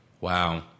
Wow